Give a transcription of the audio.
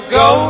go